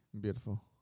Beautiful